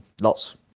lots